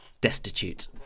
destitute